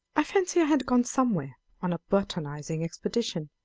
i fancy i had gone somewhere on a botanizing expedition,